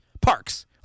Parks